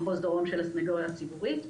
במחוז דרום של הסנגוריה הציבורית.